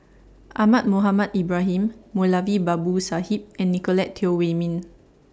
Ahmad Mohamed Ibrahim Moulavi Babu Sahib and Nicolette Teo Wei Min